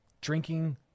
drinking